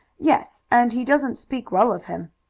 yes, and he doesn't speak well of him.